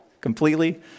completely